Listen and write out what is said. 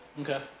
Okay